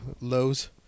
lows